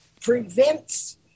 prevents